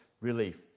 relief